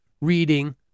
reading